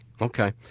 Okay